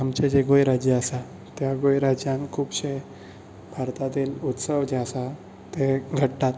आमचें जें गोंय राज्य आसा त्या गोंय राज्यांत खुबशे भारतातील उत्सव जे आसा ते घडटात